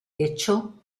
hecho